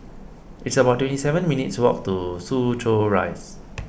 it's about twenty seven minutes' walk to Soo Chow Rise